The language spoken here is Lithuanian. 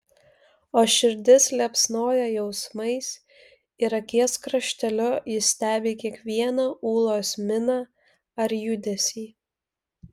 o širdis liepsnoja jausmais ir akies krašteliu jis stebi kiekvieną ūlos miną ar judesį